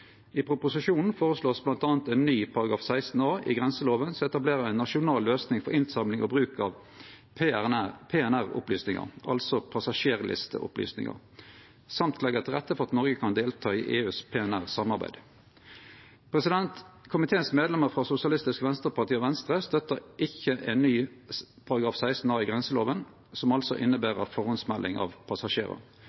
I proposisjonen vert det bl.a. føreslått ein ny § 16 a i grenseloven, som etablerer ei nasjonal løysing for innsamling og bruk av PNR-opplysningar, altså passasjerlisteopplysningar, samt å leggje til rette for at Noreg kan delta i EUs PNR-samarbeid. Komiteens medlemer frå SV og Venstre støttar ikkje ny § 16 a i grenselova, som altså